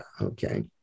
okay